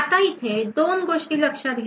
आता इथे 2 गोष्टी लक्षात घ्या